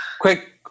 Quick